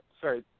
sorry